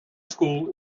school